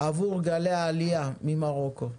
עבור גלי העלייה ממרוקו.